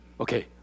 okay